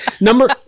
number